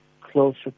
closer